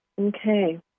Okay